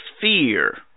fear